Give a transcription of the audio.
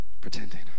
pretending